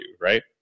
right